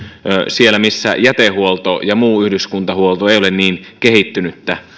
siellä missä jätehuolto ja muu yhdyskuntahuolto eivät ole niin kehittyneitä